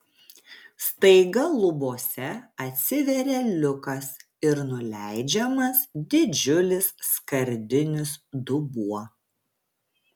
staiga lubose atsiveria liukas ir nuleidžiamas didžiulis skardinis dubuo